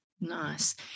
nice